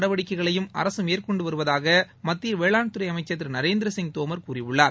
நடவடிக்கைகளையும் அரசு மேற்கொண்டு வருவதாக மத்திய வேளாண்துறை அமைச்சர் திரு நரேந்திரசிங் தோமர் கூறியுள்ளார்